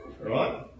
right